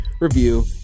review